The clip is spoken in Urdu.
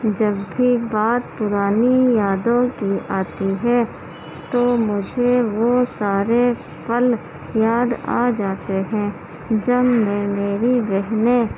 جب بھی بات پرانی یادوں کی آتی ہے تو مجھے وہ سارے پل یاد آ جاتے ہیں جب میں میری بہنیں